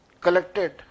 collected